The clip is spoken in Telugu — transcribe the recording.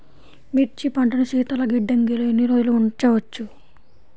మిర్చి పంటను శీతల గిడ్డంగిలో ఎన్ని రోజులు ఉంచవచ్చు?